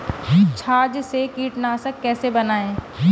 छाछ से कीटनाशक कैसे बनाएँ?